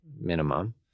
minimum